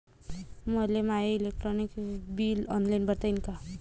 मले my electric bill online भरता येईन का?